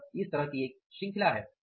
यह इस तरह की एक श्रृंखला है